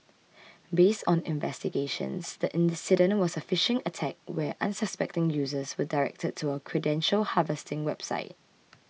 based on investigations the incident was a phishing attack where unsuspecting users were directed to a credential harvesting website